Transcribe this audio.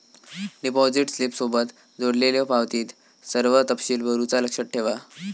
deposit स्लिपसोबत जोडलेल्यो पावतीत सर्व तपशील भरुचा लक्षात ठेवा